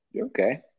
Okay